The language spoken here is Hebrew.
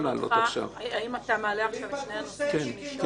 רציתי לשאול אותך האם אתה מעלה עכשיו את שני הנושאים שנשארו.